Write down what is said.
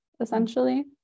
essentially